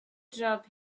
job